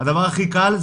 הדבר הכי קל,